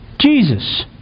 Jesus